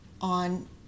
on